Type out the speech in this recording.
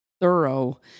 thorough